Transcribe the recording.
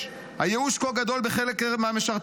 הייאוש כה גדול אצל חלק מהמשרתים,